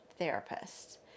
therapists